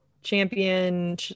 champion